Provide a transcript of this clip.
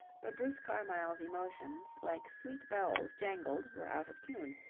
but bruce carmyle's emotions, like sweet bells jangled, were out of tune,